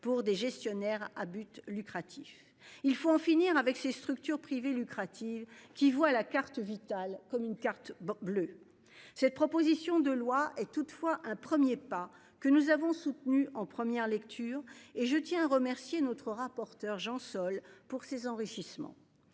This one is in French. pour des gestionnaires à but lucratif. Il faut en finir avec ces structures privées lucratives, qui voit la carte vitale comme une carte bleue. Cette proposition de loi est toutefois un 1er pas que nous avons soutenu en première lecture et je tiens à remercier notre rapporteur Jean-Sol pour ces enrichissements